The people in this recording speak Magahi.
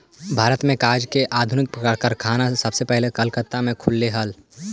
भारत में कागज के आधुनिक कारखाना सबसे पहले कलकत्ता में खुलले हलइ